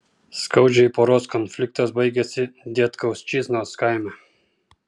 skaudžiai poros konfliktas baigėsi dietkauščiznos kaime